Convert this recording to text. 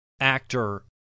actor